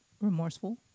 remorseful